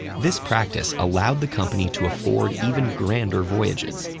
this practice allowed the company to afford even grander voyages,